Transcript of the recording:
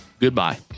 goodbye